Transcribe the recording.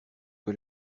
que